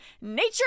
Nature